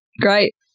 great